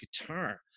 guitar